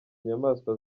nyamaswa